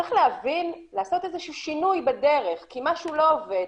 שצריך לעשות איזה שהוא שינוי בדרך כי משהו לא עובד,